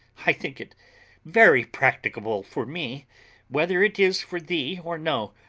i think it very practicable for me whether it is for thee or no,